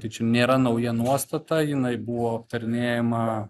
tai čia nėra nauja nuostata jinai buvo aptarinėjama